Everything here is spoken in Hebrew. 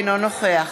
אינו נוכח